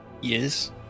Yes